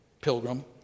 pilgrim